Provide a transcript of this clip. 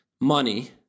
money